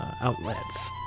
outlets